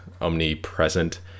omnipresent